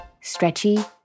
Stretchy